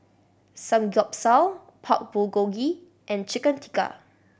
Samgyeopsal Pork Bulgogi and Chicken Tikka